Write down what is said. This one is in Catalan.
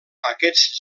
aquests